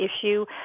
issue